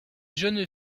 jeunes